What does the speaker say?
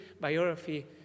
biography